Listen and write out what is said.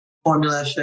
Formula